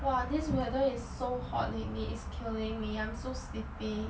!wah! this weather is so hot lately it's killing me I'm so sleepy